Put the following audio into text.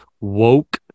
woke